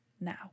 Now